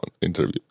interview